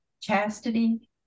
chastity